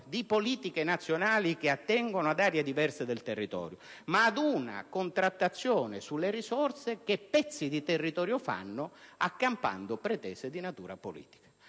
di politiche nazionali attinenti ad aree diverse del territorio, ma ad una contrattazione sulle richieste di risorse che pezzi di territorio avanzano accampando pretese di natura politica.